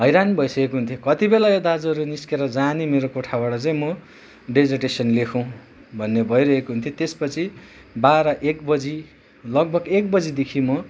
हैरान भइसकेको हुन्थेँ कति बेला यो दाजुहरू निस्केर जाने मेरो कोठाबाट चाहिँ म डेजर्टेसन लेखुँ भन्ने भइरहेको हुन्थ्यो त्यसपछि बाह्र एक बजी लगभग एक बजीदेखि म